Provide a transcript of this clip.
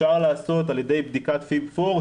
אפשר לעשות על ידי בדיקת FIB-4,